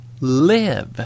live